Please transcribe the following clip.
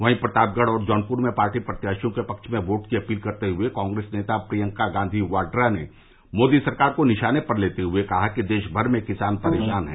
वहीं प्रतापगढ़ और जौनप्र में पार्टी प्रत्याशियों के पक्ष में वोट की अपील करते हए कांग्रेस नेता प्रियंका गांधी वाड़ा ने मोदी सरकार को निशाने पर लेते हुए कहा कि देशभर में किसान परेशान है